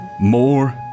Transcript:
more